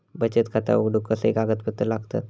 बचत खाता उघडूक कसले कागदपत्र लागतत?